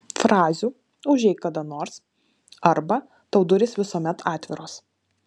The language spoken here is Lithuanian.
frazių užeik kada nors arba tau durys visuomet atviros